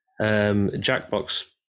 Jackbox